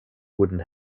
wooden